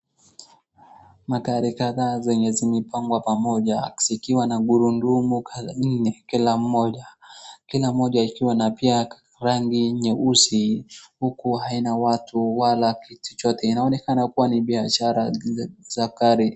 Magari kadhaa zenye zimepangwa pamoja zikiwa na gurudumu nne kila moja. Kila moja ikiwa pia na rangi nyeusi huku haina watu wala kitu chochote. Inaonekana kuwa ni biashara za gari.